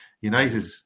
United